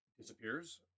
Disappears